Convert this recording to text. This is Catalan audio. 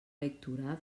lectura